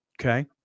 Okay